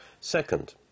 Second